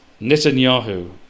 Netanyahu